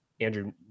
Andrew